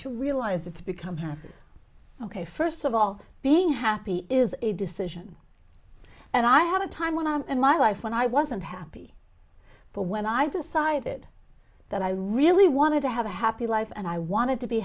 to realize it to become happy ok first of all being happy is a decision and i had a time when i in my life when i wasn't happy but when i decided that i really wanted to have a happy life and i wanted to be